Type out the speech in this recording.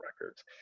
records